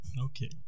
okay